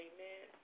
Amen